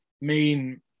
main